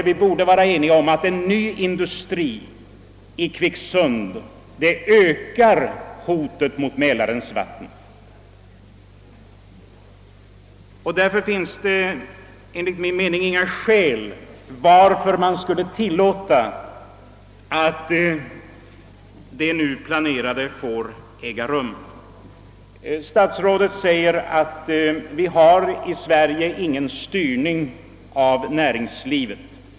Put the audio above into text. Vi borde kunna vara eniga om att en ny industri av detta slag i Kvicksund ökar hotet mot Mälarens vatten. Därför finns det enligt min mening inget skäl att tillåta att det nu planerade företaget förläggs till Kvicksund. Statsrådet säger, att vi i Sverige inte har någon styrning av näringslivet.